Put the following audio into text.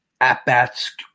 at-bats